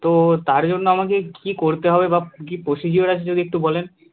তো তার জন্য আমাকে কী করতে হবে বা কী কী প্রসিডিওর আছে যদি একটু বলেন